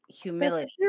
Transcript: Humility